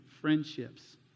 friendships